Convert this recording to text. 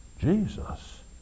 Jesus